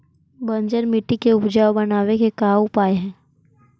बंजर मट्टी के उपजाऊ बनाबे के का उपाय है?